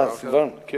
אה, סילבן שלום.